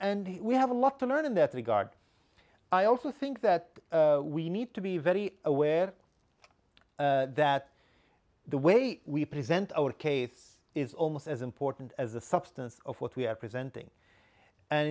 and we have a lot to learn in that regard i also think that we need to be very aware that the way we present our case is almost as important as the substance of what we are presenting and